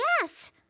Yes